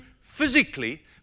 physically